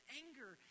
anger